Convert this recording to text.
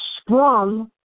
sprung